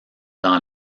dans